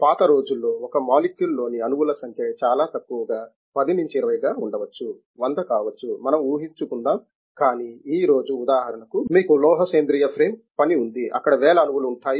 పాత రోజుల్లో ఒక మాలిక్యూల్ లోని అణువు ల సంఖ్య చాలా తక్కువగా 10 20 గా ఉండవచ్చు 100 కావచ్చు మనం ఊహించుకుందాం కానీ ఈ రోజు ఉదాహరణకు మీకు లోహ సేంద్రీయ ఫ్రేమ్ పని ఉంది అక్కడ వేల అణువులు ఉంటాయి